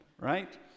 right